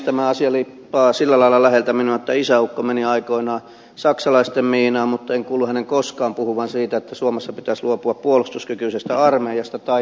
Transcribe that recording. tämä asia liippaa sillä lailla läheltä minua että isäukko meni aikoinaan saksalaisten miinaan mutta en kuullut hänen koskaan puhuvan siitä että suomessa pitäisi luopua puolustuskykyisestä armeijasta tai miinoista